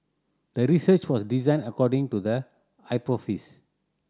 the research was designed according to the